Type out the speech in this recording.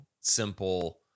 simple